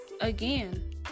again